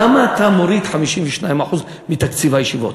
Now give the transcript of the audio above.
למה אתה מוריד 52% מתקציב הישיבות?